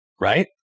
right